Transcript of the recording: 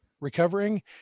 recovering